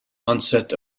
onset